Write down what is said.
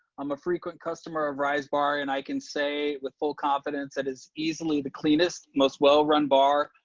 i'm a frequent customer of rise bar and i can say with full confidence that is easily the cleanest, most well run bar.